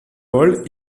world